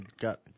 got